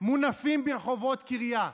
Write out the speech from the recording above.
מונפים ברחובות קריה,